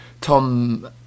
Tom